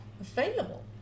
available